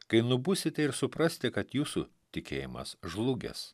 kai nubusite ir suprasite kad jūsų tikėjimas žlugęs